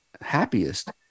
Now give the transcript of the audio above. happiest